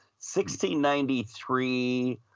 1693